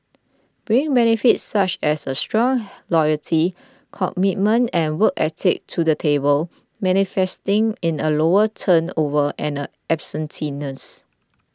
bring benefits such as strong loyalty commitment and work ethic to the table manifesting in a lower turnover and absenteeism